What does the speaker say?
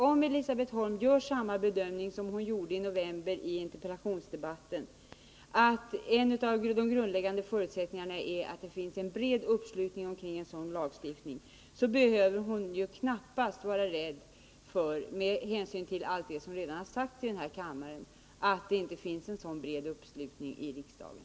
Om Elisabet Holm gör samma bedömning som hon gjorde i november i interpellationsdebatten, nämligen att en av de grundläggande förutsättningarna är att det finns en bred i uppslutning bakom en sådan lagstiftning, behöver hon med tanke på vad som redan har sagts i denna kammare knappast vara rädd för att det inte finns en sådan bred uppslutning i riksdagen.